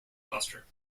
cluster